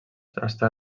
està